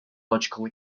logical